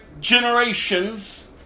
generations